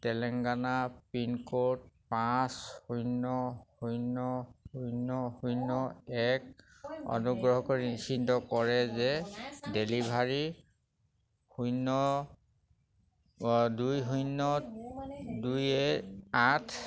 Telangana pin code পাঁচ শূন্য শূন্য শূন্য শূন্য এক অনুগ্ৰহ কৰি নিশ্চিত কৰে যে ডেলিভাৰীটো শূন্য দুই শূন্য দুই এক আঠ